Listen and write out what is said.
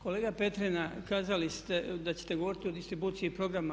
Kolega Petrina kazali ste da ćete govoriti o distribuciji programa.